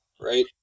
right